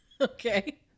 okay